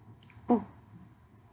oh